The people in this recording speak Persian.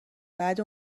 بعد